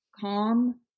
calm